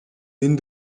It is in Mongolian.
энэ